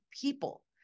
people